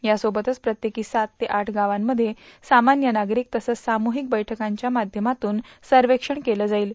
यासेवतच प्रत्येकी सात ते आठ गावांमध्ये सामान्य नागरिक तसंच सामुहिक वैठकांच्या माध्यमातून सर्वेक्षण केले जाईल